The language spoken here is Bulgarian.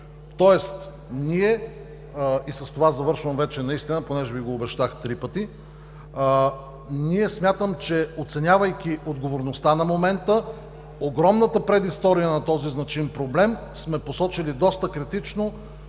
Тоест ние – и с това завършвам вече наистина, понеже Ви го обещах три пъти – ние смятам, че оценявайки отговорността на момента, огромната предистория на този значим проблем, сме посочили доста критично